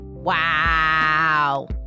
wow